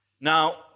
Now